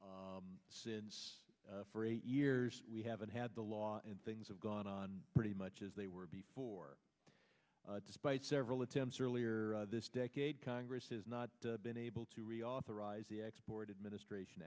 since or eight years we haven't had the law and things have gone on pretty much as they were before despite several attempts earlier this decade congress has not been able to reauthorize the export administration